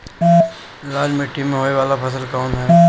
लाल मीट्टी में होए वाला फसल कउन ह?